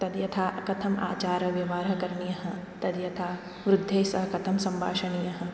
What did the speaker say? तद्यथा कथम् आचारव्यवहारः करणीयः तद्यथा वृद्धैः सः कथं सम्भाषणीयः